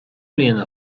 mbliana